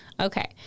Okay